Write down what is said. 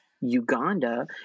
Uganda